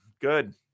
Good